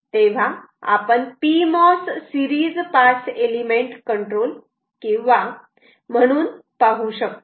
तेव्हा आपण Pmos series pass element control म्हणून पाहू शकतो